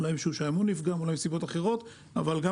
אולי משום שהאמון נפגע ואולי מסיבות אחרות אבל גם